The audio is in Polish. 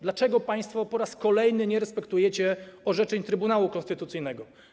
Dlaczego państwo po raz kolejny nie respektujecie orzeczeń Trybunału Konstytucyjnego?